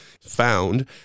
found